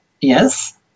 yes